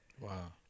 Wow